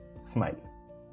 smile